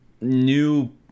new